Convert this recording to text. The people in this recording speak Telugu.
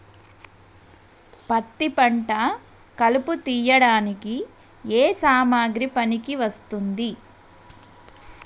పత్తి పంట కలుపు తీయడానికి ఏ సామాగ్రి పనికి వస్తుంది?